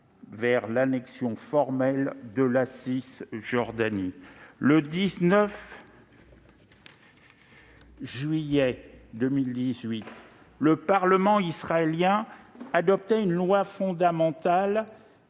vers l'annexion formelle de la Cisjordanie. Le 19 juillet 2018, le parlement israélien adoptait une loi fondamentale